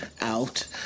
out